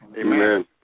Amen